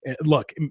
Look